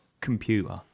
computer